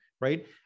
right